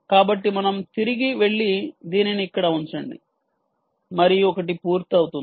కాబట్టి మనం తిరిగి వెళ్లి దీనిని ఇక్కడ ఉంచండి మరియు ఒకటి పూర్తయింది